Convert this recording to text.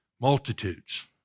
Multitudes